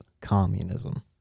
communism